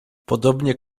podobnie